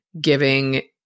giving